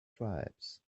tribes